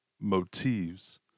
motifs